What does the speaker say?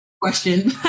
Question